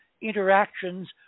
interactions